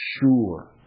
sure